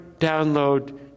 download